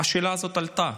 השאלה הזאת עלתה: